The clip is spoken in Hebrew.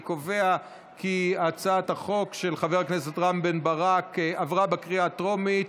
אני קובע כי הצעת החוק של חבר הכנסת רם בן ברק עברה בקריאה הטרומית,